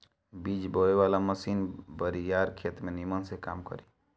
बीज बोवे वाला मशीन बड़ियार खेत में निमन से काम करी